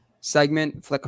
segment